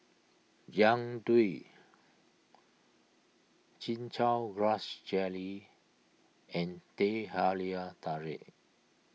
Jian Dui Chin Chow Grass Jelly and Teh Halia Tarik